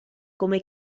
come